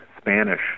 Spanish